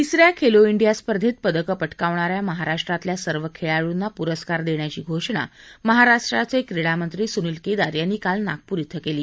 तिसऱ्या खेलो ष्टिया स्पर्धेत पदकं पटकावणा या महाराष्ट्रातल्या सर्व खेळाडूंना पुरस्कार देण्याची घोषणा महाराष्ट्राचे क्रीडा मंत्री सुनील केदार यांनी काल नागपूर क्रि केली